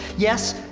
yes,